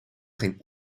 geen